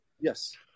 Yes